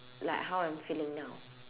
like how I'm feeling now